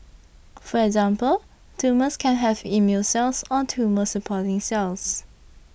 for example tumours can have immune cells or tumour supporting cells